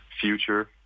future